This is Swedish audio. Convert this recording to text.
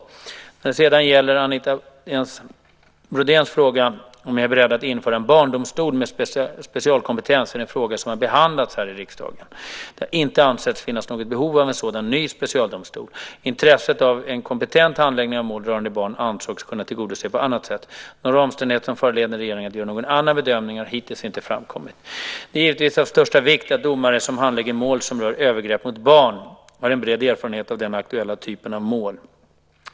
När det sedan gäller Anita Brodéns fråga om jag är beredd att införa en barndomstol med specialkompetens är det en fråga som har behandlats här i riksdagen. Det har inte ansetts finnas något behov av en sådan ny specialdomstol. Intresset av en kompetent handläggning av mål rörande barn ansågs kunna tillgodoses på annat sätt. Några omständigheter som föranleder regeringen att göra någon annan bedömning har hittills inte framkommit. Det är givetvis av största vikt att domare som handlägger mål som rör övergrepp mot barn har en bred erfarenhet av den aktuella typen av mål.